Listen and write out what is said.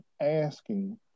asking